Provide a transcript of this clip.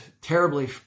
terribly